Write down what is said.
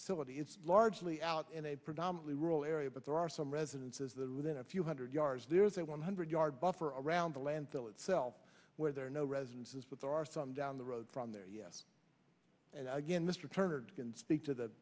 saudi it's largely out in a predominately rural area but there are some residences there within a few hundred yards there's a one hundred yard buffer around the landfill itself where there are no residences but there are some down the road from there yes and again mr turner can speak to th